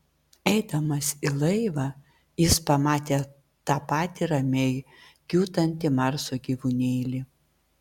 eidamas į laivą jis pamatė tą patį ramiai kiūtantį marso gyvūnėlį